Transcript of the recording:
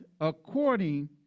according